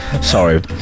sorry